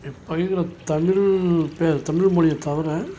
இப்போ பயில்கிற தமிழ் தமிழ் மொழிய தவிர